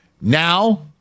now